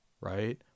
right